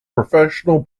professional